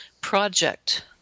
project